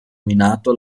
minato